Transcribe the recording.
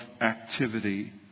activity